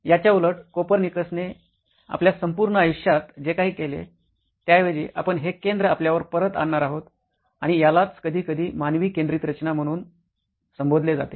याच्या उलट कोपर्निकसने आपल्या संपूर्ण आयुष्यात जे काही केले त्याऐवजी आपण हे केंद्र आपल्यावर परत आणणार आहोत आणि यालाच कधीकधी मानवी केंद्रित रचना म्हणून संबोधले जाते